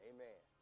Amen